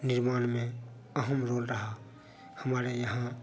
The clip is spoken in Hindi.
निर्माण में अहम रोल रहा हमारे यहाँ